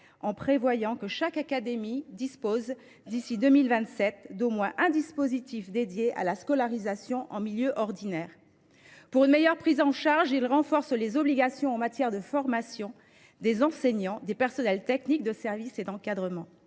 en prévoyant que chaque académie dispose d’ici à 2027 d’au moins un dispositif dédié à la scolarisation en milieu ordinaire. Pour une meilleure prise en charge, il renforce les obligations en matière de formation des enseignants, des personnels techniques, de service et d’encadrement.